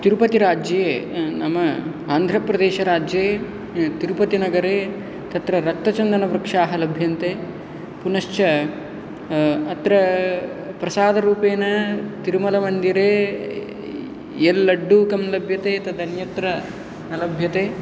तिरुपति राज्ये नाम आन्ध्रप्रदेशराज्ये तिरुपतिनगरे तत्र रक्तचन्दनवृक्षाः लभ्यन्ते पुनश्च अत्र प्रसादरूपेन तिरुमलमन्दिरे यल्लड्डूकं लभ्यते तद् अन्यत्र न लभ्यते